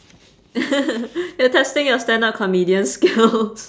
you're testing your stand-up comedian skills